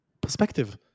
perspective